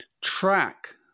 track